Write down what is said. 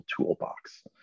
toolbox